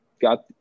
got